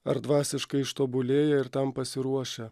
ar dvasiškai ištobulėję ir tam pasiruošę